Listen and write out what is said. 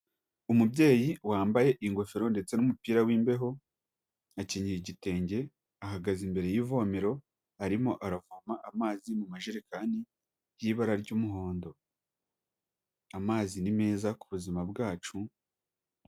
Umubyeyi wambaye ingofero ndetse n'umupira w'imbeho, akenyeye igitenge ahagaze imbere y'ivomero, arimo aravoma amazi mu majerekani y'ibara ry'umuhondo, amazi ni meza ku buzima bwacu.